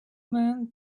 men